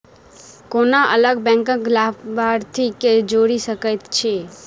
कोना अलग बैंकक लाभार्थी केँ जोड़ी सकैत छी?